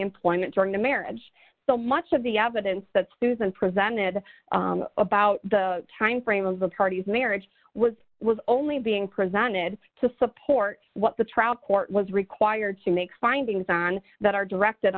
employment during the marriage so much of the evidence that susan presented about the timeframe of the parties marriage was was only being presented to support what the trial court was required to make findings on that are directed